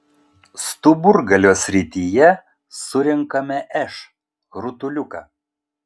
stuburgalio srityje surenkame š rutuliuką